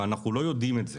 אבל אנחנו לא יודעים את זה.